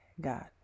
God